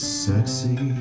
sexy